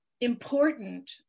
important